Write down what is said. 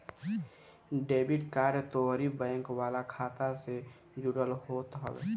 debit card तोहरी bank वाला खाता से जुड़ल होत हवे